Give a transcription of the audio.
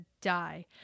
die